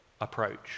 approach